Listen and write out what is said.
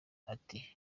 ati